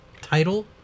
title